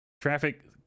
Traffic